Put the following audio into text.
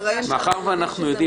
שאנחנו יודעים